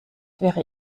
wäre